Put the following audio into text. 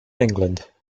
england